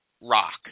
rock